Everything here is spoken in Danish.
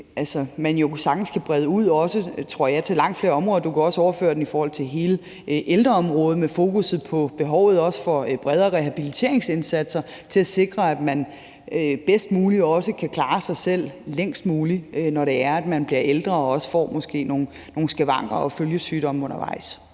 man kan brede ud til langt flere områder. Du kan også overføre den i forhold til hele ældreområdet med fokus på behovet for bredere rehabiliteringsindsatser til at sikre, at man bedst muligt og længst muligt kan klare sig selv, når det er sådan, at man bliver ældre, og man måske også får nogle skavanker og følgesygdomme undervejs.